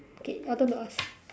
okay your turn to ask